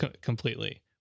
completely